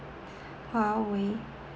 huawei